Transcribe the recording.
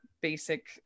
basic